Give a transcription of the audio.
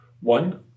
One